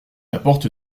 apporte